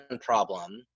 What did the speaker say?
problem